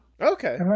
Okay